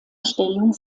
stellung